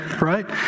right